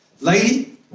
Lady